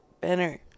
better